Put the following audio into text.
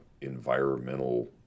environmental